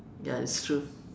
ya it's true